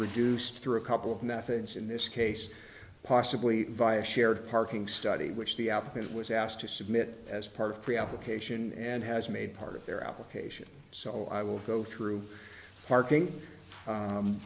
reduced through a couple of methods in this case possibly via shared parking study which the outfit was asked to submit as part of preallocation and has made part of their application so i will go through parking